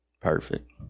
Perfect